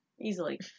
Easily